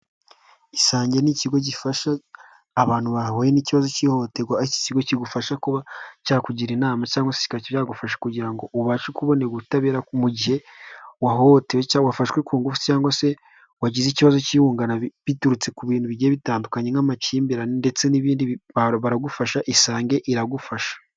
isangiye ni ikigo gifasha abantu bahuye n'ikibazo cy'ihoterwa iki kigo kigufasha kuba cyakugira inama cyangwa se kizagufasha kugira ngo ubashe kubonera ubutabera mu gihe wahohotewe wafashwe ku ngufu c se wagize ikibazo cyihungana biturutse ku bintu bigiye bitandukanye nk'amakimbirane ndetse n'ibindiro baragufasha isange iragufasha